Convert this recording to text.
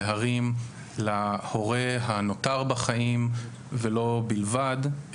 להרים להורה הנותר בחיים ולא בלבד,